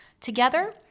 together